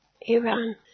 Iran